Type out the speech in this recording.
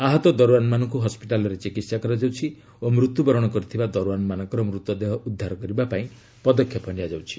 ଆହତ ଦରଓ୍ୱାନମାନଙ୍କୁ ହସ୍କିଟାଲରେ ଚିକିତ୍ସା କରାଯାଉଛି ଓ ମୃତ୍ୟୁ ବରଣ କରିଥିବା ଦରୱାନମାନଙ୍କର ମୂତ ଦେହ ଉଦ୍ଧାର କରିବା ପାଇଁ ପଦକ୍ଷେପ ନିଆଯାଉଛି